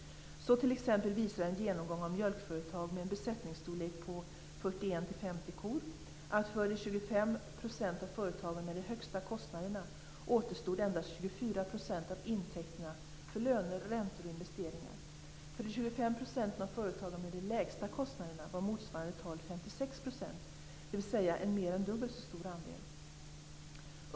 Så t.ex. visar en genomgång av mjölkföretag med en besättningsstorlek på 41-50 kor att för de 25 % av företagen med de högsta kostnaderna återstod endast 24 % av intäkterna för löner, räntor och investeringar. För de 25 % av företagen med de lägsta kostnaderna var motsvarande tal 56 %, dvs. en mer än dubbelt så stor andel.